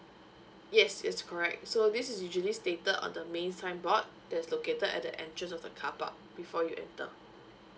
yes it's correct so this is usually stated on the main signboard that's located at the entrance of the car park before you enter